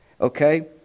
Okay